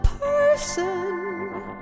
person